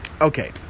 Okay